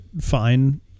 fine